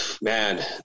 man